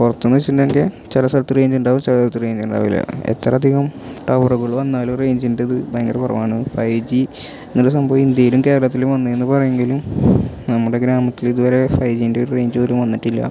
പുറത്ത് എന്ന് വെച്ചിട്ടുണ്ടെങ്കിൽ ചില സ്ഥലത്ത് റേഞ്ച് ഉണ്ടാകും ചില സ്ഥലത്ത് റേഞ്ച് ഉണ്ടാകില്ല എത്ര അധികം ടവറുകള് വന്നാലും റേഞ്ചിന്റേത് ഭയ്ങ്കര കുറവാണ് ഫൈവ് ജി അങ്ങനെ ഒരു സംഭവം ഇന്ത്യയിലും കേരളത്തിലും വന്നു എന്ന് പറയുമെങ്കിലും നമ്മുടെ ഗ്രാമത്തില് ഇതുവരെ ഫൈവ് ജീന്റെ ഒരു റേഞ്ച് പോലും വന്നിട്ടില്ല